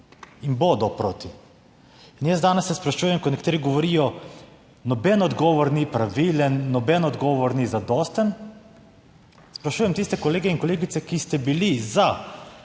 in bodo proti. In jaz danes se sprašujem, ko nekateri govorijo, noben odgovor ni pravilen, noben odgovor ni zadosten, sprašujem tiste kolege in kolegice, ki ste bili za